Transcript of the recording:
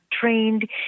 trained